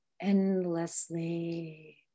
endlessly